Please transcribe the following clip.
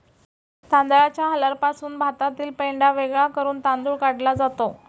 तांदळाच्या हलरपासून भातातील पेंढा वेगळा करून तांदूळ काढला जातो